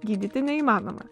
gydyti neįmanoma